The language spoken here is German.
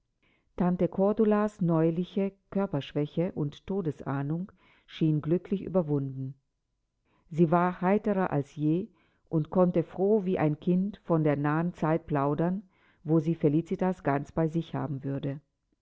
tante kordulas neuliche körperschwäche und todesahnung schien glücklich überwunden sie war heiterer als je und konnte froh wie ein kind von der nahen zeit plaudern wo sie felicitas ganz bei sich haben würde